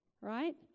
right